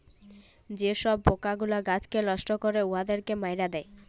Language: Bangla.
যে ছব পকাগুলা গাহাচকে লষ্ট ক্যরে উয়াদের মাইরে দেয়